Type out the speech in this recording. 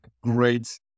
great